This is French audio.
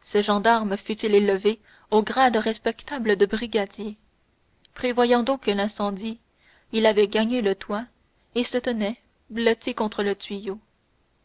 ce gendarme fût-il élevé au grade respectable de brigadier prévoyant donc l'incendie il avait gagné le toit et se tenait blotti contre le tuyau